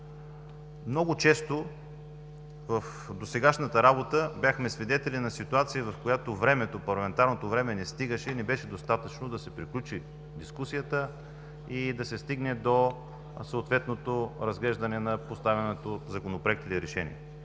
много често в досегашната работа бяхме свидетели на ситуация, в която парламентарното време не стигаше, не беше достатъчно да се приключи дискусията и да се стигне до гласуване на съответния законопроект или проекторешение.